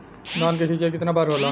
धान क सिंचाई कितना बार होला?